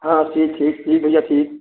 हाँ ठीक ठीक ठीक भैया ठीक